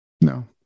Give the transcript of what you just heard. no